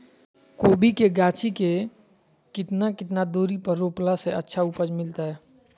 कोबी के गाछी के कितना कितना दूरी पर रोपला से अच्छा उपज मिलतैय?